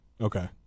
Okay